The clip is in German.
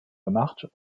gemacht